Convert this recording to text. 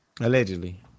Allegedly